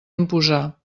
imposar